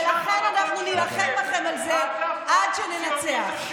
ולכן אנחנו נילחם בכם על זה עד שננצח.